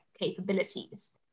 capabilities